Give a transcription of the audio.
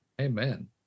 Amen